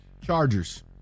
Chargers